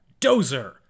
Dozer